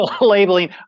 labeling